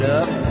up